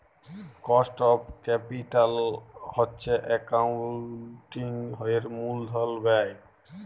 cost of capital হছে একাউল্টিংয়ের মূলধল ব্যায়